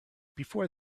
before